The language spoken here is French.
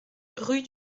rue